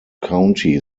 county